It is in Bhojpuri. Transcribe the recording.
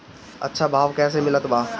अच्छा भाव कैसे मिलत बा?